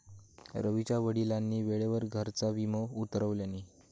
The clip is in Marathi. रवीच्या वडिलांनी वेळेवर घराचा विमो उतरवल्यानी